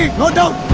no doubt